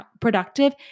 productive